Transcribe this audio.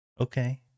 Okay